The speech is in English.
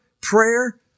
prayer